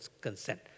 consent